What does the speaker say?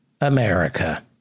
America